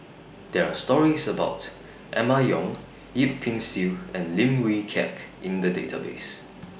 There Are stories about Emma Yong Yip Pin Xiu and Lim Wee Kiak in The Database